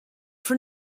for